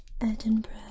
Edinburgh